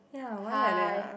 ya why like that ah